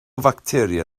facteria